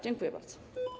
Dziękuję bardzo.